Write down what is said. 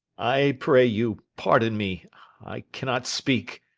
i pray you, pardon me i cannot speak.